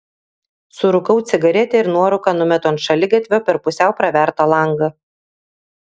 surūkau cigaretę ir nuorūką numetu ant šaligatvio per pusiau pravertą langą